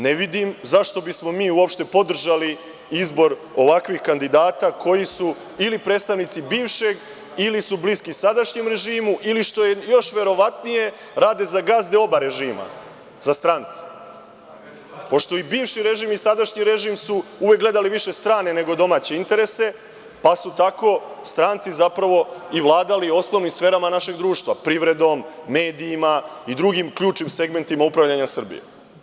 Dakle, ne vidim zašto bismo mi uopšte podržali izbor ovakvih kandidata koji su ili predstavnici bivšeg ili su bliski sadašnjem režimu ili, što je još verovatnije, rade za gazde oba režima, za strance, pošto i bivši režim i sadašnji režim su uvek gledali više strane, nego domaće interese, pa su tako stranci zapravo i vladali osnovnim sferama našeg društva – privredom, medijima i drugim ključnim segmentima upravljanja Srbije.